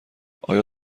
آیا